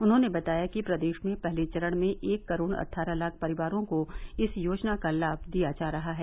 उन्होंने बताया कि प्रदेश में पहले चरण में एक करोड़ अट्ठारह लाख परिवारों को इस योजना का लाम दिया जा रहा है